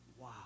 Wow